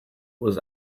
was